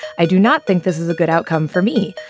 i do not think this is a good outcome for me.